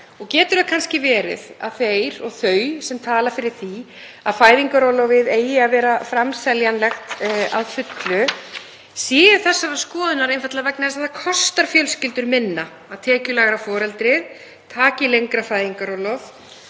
Getur kannski verið að þeir og þau sem tala fyrir því að fæðingarorlofið eigi að vera framseljanlegt að fullu séu þessarar skoðunar, einfaldlega vegna þess að það kostar fjölskyldur minna að tekjulægra foreldrið taki lengra fæðingarorlof,